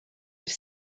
have